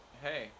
Hey